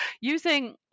using